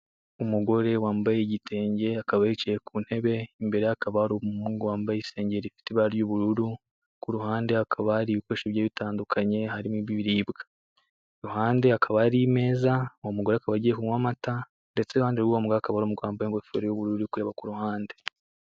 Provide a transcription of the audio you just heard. Umugore wambaye igitenge, akaba yicaye ku ntebe, imbere ye hakaba hari umuhungu wambaye isengeri ifite ibara ry'ubururu, ku ruhande hakaba hari ibikoresho bigiye bitandukanye harimo ibiribwa. Iruhande hakaba hari imeza, uwo mugore akaba agiye kunywa amata ndetse iruhande rw'uwo mugore hakaba hari umugabo wambaye ingofero y'ubururu uri kureba ku ruhande.